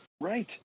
Right